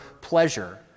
pleasure